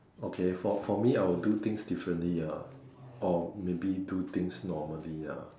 okay for for me I will do things differently ah or maybe do things normally ah